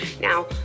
Now